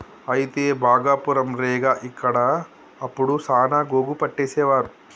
అయితే భాగపురం రేగ ఇక్కడ అప్పుడు సాన గోగు పట్టేసేవారు